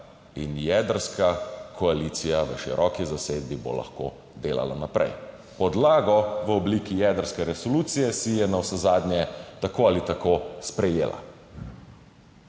in jedrska koalicija v široki zasedbi bo lahko delala naprej - podlago v obliki jedrske resolucije si je navsezadnje tako ali tako sprejela.